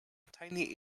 tiny